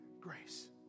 grace